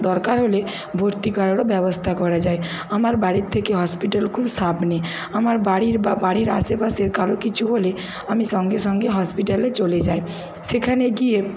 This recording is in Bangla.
দরকার হলে ভর্তি করারও ব্যবস্থা করা যায় আমার বাড়ির থেকে হসপিটাল খুব সামনে আমার বাড়ি বা বাড়ির আশেপাশের কারোর কিছু হলে আমি সঙ্গে সঙ্গে হসপিটালে চলে যাই সেখানে গিয়ে